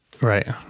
Right